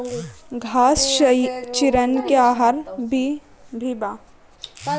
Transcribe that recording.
घास चिरईन के आहार भी बा